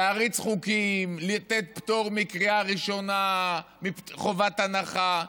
להריץ חוקים, לתת פטור מחובת הנחה,